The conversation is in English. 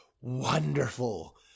Wonderful